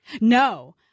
No